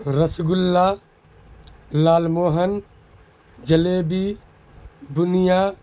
رس گلا لال موہن جلیبی بنیا